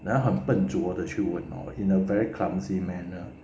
then 很笨拙地去问 in a very clumsy manner